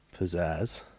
pizzazz